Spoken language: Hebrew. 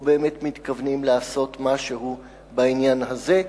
או באמת מתכוונים לעשות משהו בעניין הזה,